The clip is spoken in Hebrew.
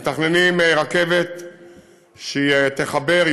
הם מתכננים רכבת שתחבר,